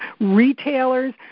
retailers